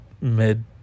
mid